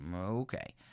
okay